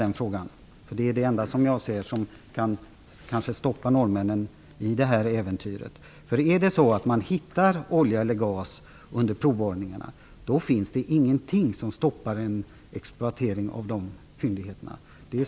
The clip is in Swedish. Som jag ser det är det nog det enda som kan stoppa norrmännen i det här äventyret. Om man finner olja eller gas under provborrningarna går en exploatering av fyndigheterna inte att stoppa.